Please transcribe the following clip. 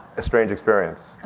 a strange experience.